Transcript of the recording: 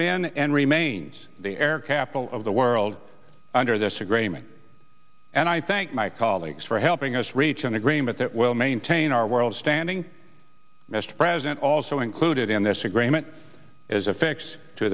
been and remains the air capital of the world under this agreement and i thank my colleagues for helping us reach an agreement that will maintain our world standing mr president also included in this agreement is a fix to